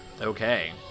Okay